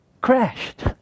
crashed